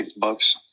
bucks